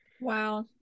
Wow